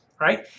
right